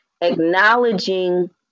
acknowledging